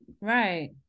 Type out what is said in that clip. right